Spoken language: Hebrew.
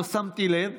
לא שמתי לב.